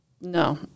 no